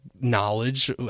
knowledge